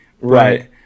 Right